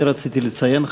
ואת זה רציתי לציין,